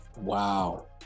Wow